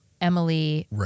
Emily